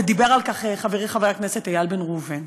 ודיבר על כך חברי חבר הכנסת איל בן ראובן.